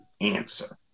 answer